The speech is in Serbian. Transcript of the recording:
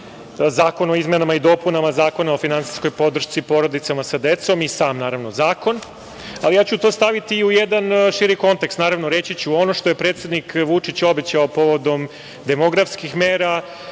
zakon o izmenama i dopunama Zakona o finansijskoj podršci i porodicama sa decom i sam, naravno, zakon, ali ja ću to staviti i u jedan širi kontekst, naravno, reći ću, ono što je predsednik Vučić obećao povodom demografskih mera